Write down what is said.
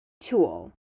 tool